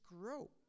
grow